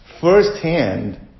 firsthand